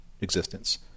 existence